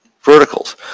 verticals